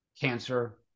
cancer